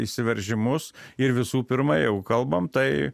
įsiveržimus ir visų pirma jeigu kalbam tai